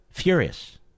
Furious